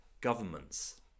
governments